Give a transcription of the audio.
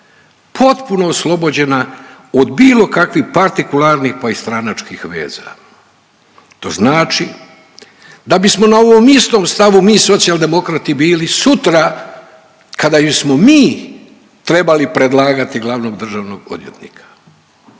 potpuno oslobođena od bilo kakvih partikularnih pa i stranačkih veza. To znači da bismo na ovom istom stavu mi Socijaldemokrati bili sutra kada bismo mi trebali predlagati glavnog državnog odvjetnika.